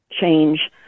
change